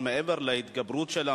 האם זה תשתיות?